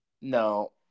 No